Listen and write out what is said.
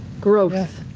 growth.